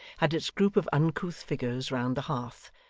had its group of uncouth figures round the hearth,